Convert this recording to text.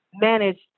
managed